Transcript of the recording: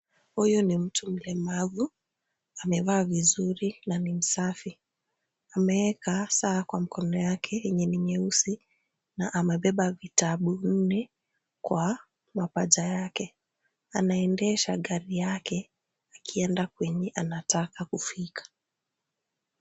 Huyu ni mtu mlemavu. Amevaa vizuri na ni msafi. Ameeka saa kwa mkono yake yenye ni nyeusi na amebeba vitabu nne kwa mapaja yake. Anaendesha gari yake akienda kwenye anataka kufika.